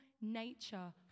nature